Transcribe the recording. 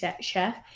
chef